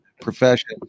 profession